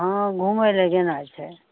हँ घुमय लए गेना छै